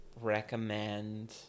recommend